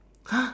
!huh!